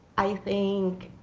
i think,